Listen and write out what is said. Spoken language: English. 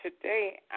today